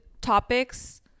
topics